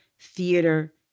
theater